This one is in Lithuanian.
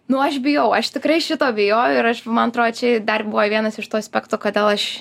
nu aš bijau aš tikrai šito bijojau ir aš man atro čia dar buvo vienas iš tų aspektų kodėl aš